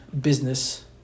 business